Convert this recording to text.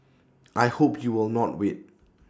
I hope you will not wait